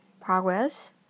progress